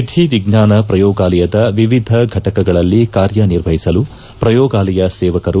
ವಿಧಿವಿಜ್ಞಾನ ಪ್ರಯೋಗಾಲಯದ ವಿವಿಧ ಘಟಕಗಳಲ್ಲಿ ಕಾರ್ಯನಿರ್ವಹಿಸಲು ಪ್ರಯೋಗಾಲಯ ಸೇವಕರು